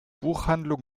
buchhandlung